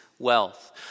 Wealth